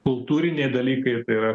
kultūriniai dalykai tai yra